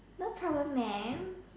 no problem mam